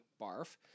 barf